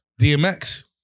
DMX